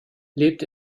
lebt